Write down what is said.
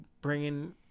bringing